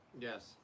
Yes